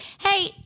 Hey